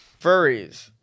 furries